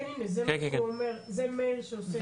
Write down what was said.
כן הינה, זה מה שהוא אומר, זה מאיר שעושה.